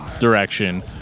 direction